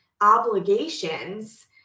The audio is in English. obligations